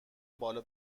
بالا